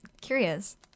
curious